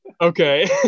okay